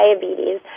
diabetes